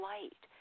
Light